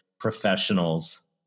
professionals